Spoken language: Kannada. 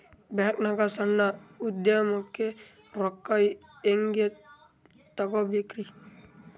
ಬ್ಯಾಂಕ್ನಾಗ ಸಣ್ಣ ಉದ್ಯಮಕ್ಕೆ ರೊಕ್ಕ ಹೆಂಗೆ ತಗೋಬೇಕ್ರಿ?